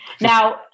Now